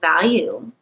value